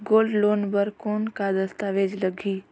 Gold loan बर कौन का दस्तावेज लगही?